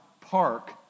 park